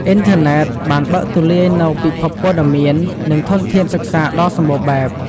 អ៊ីនធឺណិត បានបើកទូលាយនូវពិភពព័ត៌មាន និងធនធានសិក្សាដ៏សម្បូរបែប។